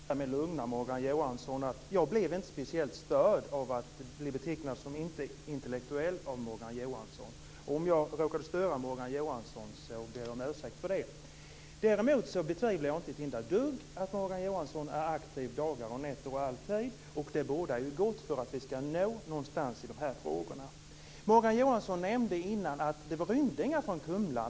Fru talman! Jag kan lugna Morgan Johansson med att jag inte blev särskilt störd av att bli betecknad som antiintellektuell av Morgan Johansson. Jag ber om ursäkt om jag råkade störa Morgan Johansson. Jag betvivlar inte ett enda dugg att Morgan Johansson är aktiv dagar, nätter och alltid. Det bådar gott för att nå någonstans i dessa frågor. Morgan Johansson nämnde att det nu inte sker några rymningar från Kumla.